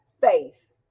faith